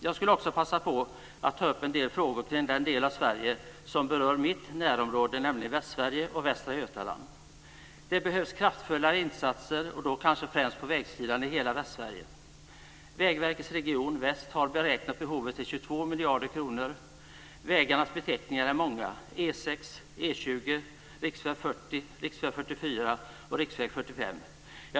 Jag skulle också vilja passa på att ta upp en del frågor kring den del av Sverige som är mitt närområde, nämligen Västsverige och västra Det behövs kraftfulla insatser, kanske främst på vägsidan, i hela Västsverige. Vägverkets Region Väst har beräknat behovet till 22 miljarder kronor. Vägarna är många: E 6, E 20, riksväg 40, riksväg 44 och riksväg 45.